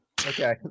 Okay